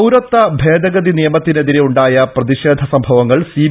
പൌരത്വ ഭേദഗതി നിയമത്തിനെതിരെ ഉണ്ടായ പ്രതിഷേധ സംഭവങ്ങൾ സി